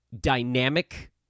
dynamic